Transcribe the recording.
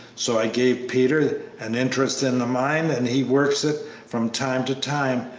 so i gave peter an interest in the mine, and he works it from time to time,